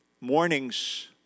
mornings